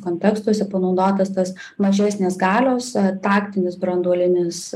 kontekstuose panaudotas tas mažesnės galios taktinis branduolinis